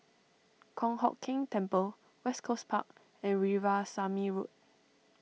Kong Hock Keng Temple West Coast Park and Veerasamy Road